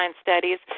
studies